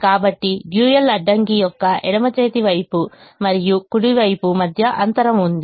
కాబట్టి డ్యూయల్ అడ్డంకి యొక్క ఎడమ చేతి వైపు మరియు కుడి వైపు మధ్య అంతరం ఉంది